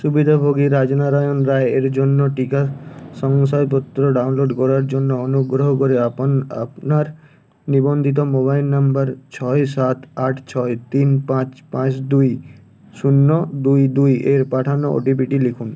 সুবিধাভোগী রাজনারায়ণ রায় এর জন্য টিকা শংসয়পত্র ডাউনলোড করার জন্য অনুগ্রহ করে আপন আপনার নিবন্ধিত মোবাইল নাম্বার ছয় সাত আট ছয় তিন পাঁচ পাঁচ দুই শূন্য দুই দুই এর পাঠানো ওটিপিটি লিখুন